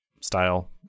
style